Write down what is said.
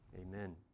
amen